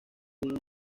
con